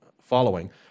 following